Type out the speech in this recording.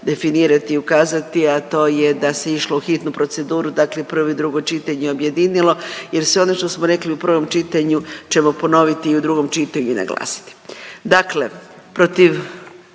definirati i ukazati, a to je da se išlo u hitnu proceduru. Dakle, prvo i drugo čitanje objedinilo jer sve ono što smo rekli u prvom čitanju ćemo ponovit i u drugom čitanju i naglasiti. Dakle, protiv